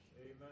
Amen